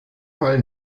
fall